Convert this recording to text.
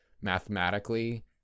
mathematically